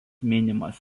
minimas